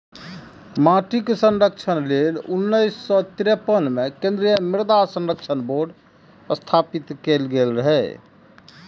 माटिक संरक्षण लेल उन्नैस सय तिरेपन मे केंद्रीय मृदा संरक्षण बोर्ड स्थापित कैल गेल रहै